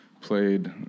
played